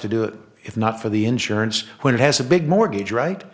to do it if not for the insurance when it has a big mortgage right